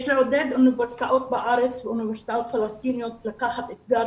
יש לעודד אוניברסיטאות בארץ ואוניברסיטאות פלסטיניות לקחת את האתגר